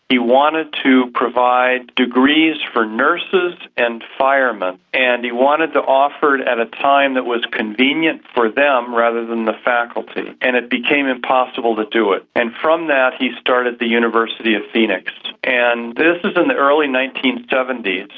he wanted to provide degrees for nurses and firemen, and he wanted to offer them at a time that was convenient for them rather than the faculty. and it became impossible to do it. and from that he started the university of phoenix and this is in the early nineteen seventy